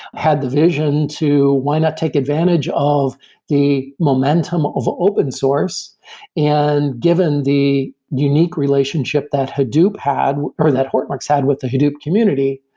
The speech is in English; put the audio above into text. had the vision to why not take advantage of the momentum of open source and given the unique relationship that hadoop had, that hortonworks had with the hadoop community,